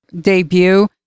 debut